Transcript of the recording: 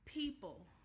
people